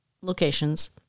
locations